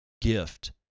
gift